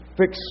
fix